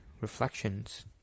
reflections